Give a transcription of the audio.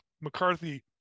McCarthy